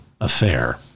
affair